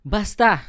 Basta